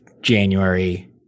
January